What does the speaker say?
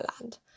Land